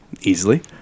Easily